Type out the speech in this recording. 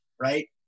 right